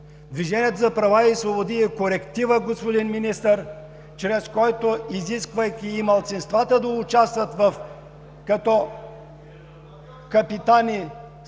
„Движението за права и свободи“ е корективът, господин Министър, чрез който, изисквайки и малцинствата да участват като капитани, сержанти